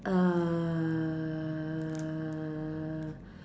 err